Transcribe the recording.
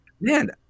man